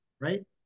right